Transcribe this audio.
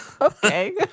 Okay